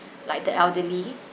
like the elderly